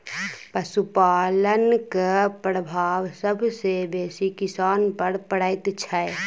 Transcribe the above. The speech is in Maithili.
पशुपालनक प्रभाव सभ सॅ बेसी किसान पर पड़ैत छै